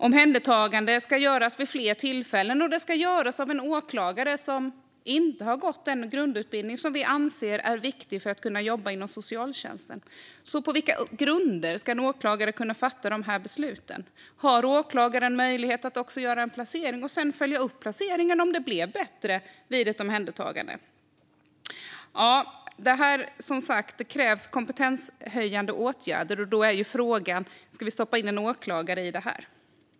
Omhändertaganden ska göras vid fler tillfällen, och de ska göras av en åklagare som inte har gått den grundutbildning som vi anser är viktig för att jobba inom socialtjänsten. På vilka grunder ska en åklagare kunna fatta dessa beslut? Har åklagaren möjlighet att också göra en placering och sedan följa upp placeringen för att se om det blev bättre vid ett omhändertagande? Det krävs kompetenshöjande åtgärder, och då är frågan om vi ska stoppa in en åklagare här.